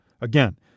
Again